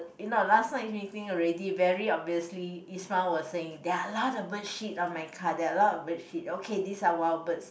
you know last night meeting already very obviously Isman was saying there are a lot of bird shit on my car there are a lot of bird shit okay these are wild birds